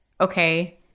okay